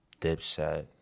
Dipset